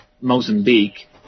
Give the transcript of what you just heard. Mozambique